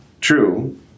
true